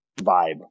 vibe